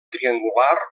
triangular